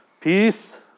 Peace